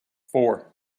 four